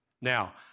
Now